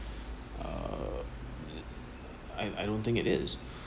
err I I don't think it is